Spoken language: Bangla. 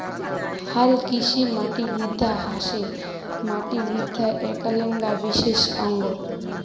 হালকৃষিমাটিবিদ্যা হসে মাটিবিদ্যার এ্যাকনা বিশেষ অঙ্গ